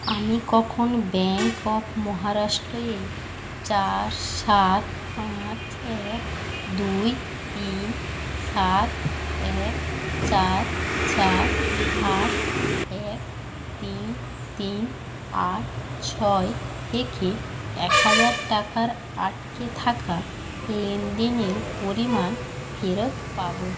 আমি কখন bank of Maharashtra এ চার সাত পাঁচ এক দুই তিন সাত এক চার চার আট এক তিন তিন আট ছয় থেকে এক হাজার টাকার আটকে থাকা লেনদেনের পরিমাণ ফেরত পাবো